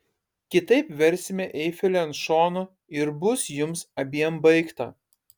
kitaip versime eifelį ant šono ir bus jums abiem baigta